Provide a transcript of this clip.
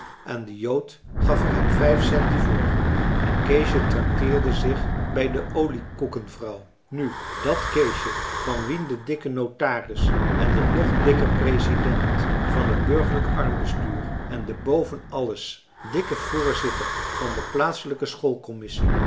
en de jood gaf er hem vijf centen voor en keesje trakteerde zich bij de oliekoekenvrouw nu dat keesje van wien de dikke notaris en de nog dikker president van het burgerlijk armbestuur en de boven alles dikke voorzitter van de plaatselijke